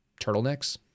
turtlenecks